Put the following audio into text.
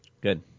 Good